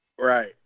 Right